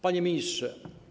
Panie Ministrze!